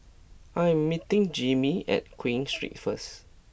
I am meeting Jimmie at Queen Street first